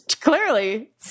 clearly